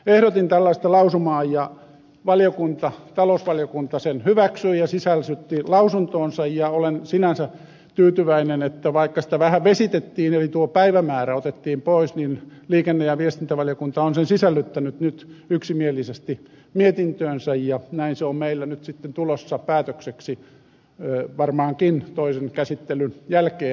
ehdotin tällaista lausumaa ja talousvaliokunta sen hyväksyi ja sisällytti lausuntoonsa ja olen sinänsä tyytyväinen että vaikka sitä vähän vesitettiin eli tuo päivämäärä otettiin pois niin liikenne ja viestintävaliokunta on sen sisällyttänyt nyt yksimielisesti mietintöönsä ja näin se on meillä nyt sitten tulossa päätökseksi varmaankin toisen käsittelyn jälkeen